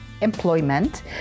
employment